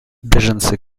беженцы